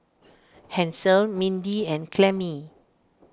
Hansel Mindy and Clemmie